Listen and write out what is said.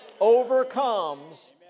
Overcomes